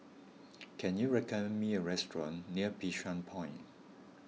can you recommend me a restaurant near Bishan Point